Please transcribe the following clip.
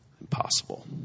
Impossible